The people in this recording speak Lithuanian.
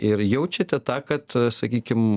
ir jaučiate tą kad sakykim